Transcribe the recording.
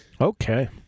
Okay